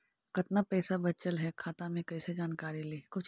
कतना पैसा बचल है खाता मे कैसे जानकारी ली?